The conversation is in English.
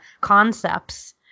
concepts